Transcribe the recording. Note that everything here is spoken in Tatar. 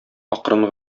акрын